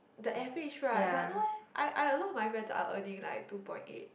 the average right but no eh I I a lot of my friends are earning like two point eight